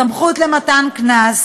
סמכות למתן קנס,